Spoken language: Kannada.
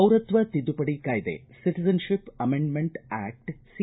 ಪೌರತ್ವ ತಿದ್ದುಪಡಿ ಕಾಯ್ದೆ ಓಟಜನ್ಶಿಪ್ ಅಮೆಂಡ್ಮೆಂಟ್ ಆಕ್ಟ್ ಸಿ